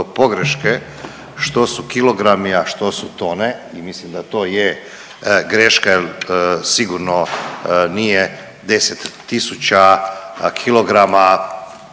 pogreške što su kilogrami, a što su tone i mislim da to je greška jel sigurno nije 10 tisuća kilograma